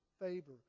favor